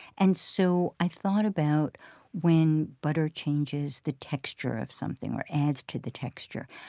and so i thought about when butter changes the texture of something, or adds to the texture.